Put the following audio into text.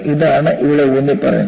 ഇതാണ് ഇവിടെ ഊന്നിപ്പറയുന്നത്